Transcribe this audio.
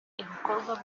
ibikorwa